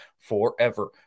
forever